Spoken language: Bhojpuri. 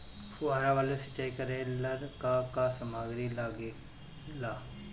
फ़ुहारा वाला सिचाई करे लर का का समाग्री लागे ला?